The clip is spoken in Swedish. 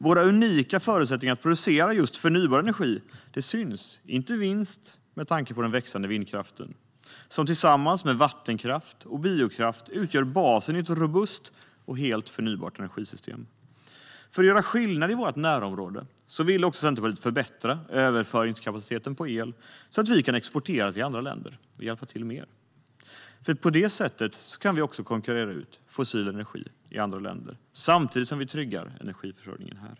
Våra unika förutsättningar för att producera förnybar energi syns inte minst med den växande vindkraften som tillsammans med vattenkraft och biokraft utgör basen i ett robust och helt förnybart energisystem. För att göra skillnad i vårt närområde vill Centerpartiet förbättra överföringskapaciteten för el så att vi kan exportera till andra länder. Det hjälper till mer, för på det sättet kan vi också konkurrera ut fossil energi i andra länder samtidigt som vi tryggar energiförsörjningen här.